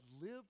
live